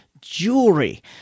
jewelry